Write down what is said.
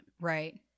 Right